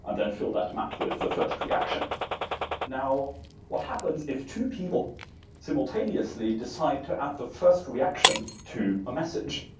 um then fill that map with the first reaction now what happens if two people simultaneously decide to add the first reaction to a message,